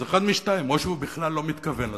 אז אחד משניים: או שהוא בכלל לא מתכוון לזה,